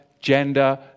gender